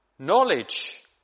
knowledge